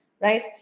right